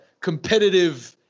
competitive